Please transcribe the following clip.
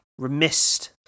remissed